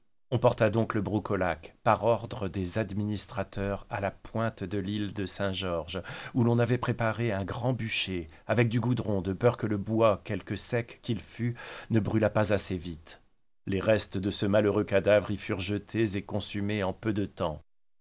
on porta donc le broucolaque par ordre des administrateurs à la pointe de l'île de saint-georges où l'on avait préparé un grand bûcher avec du goudron de peur que le bois quelque sec qu'il fût ne brûlât pas assez vite les restes de ce malheureux cadavre y furent jetés et consumés en peu de tems